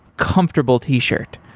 comfortable t-shirt.